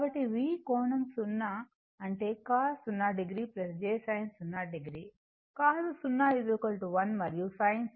కాబట్టి V కోణం 0 అంటే cos 0 o j sin 0 o cos 01 మరియు sin 0 0